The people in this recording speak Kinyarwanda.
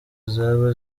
zaba